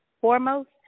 foremost